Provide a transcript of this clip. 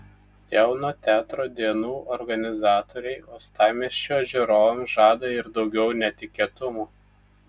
jauno teatro dienų organizatoriai uostamiesčio žiūrovams žada ir daugiau netikėtumų